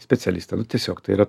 specialistą nu tiesiog tai yra